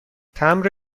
تمبر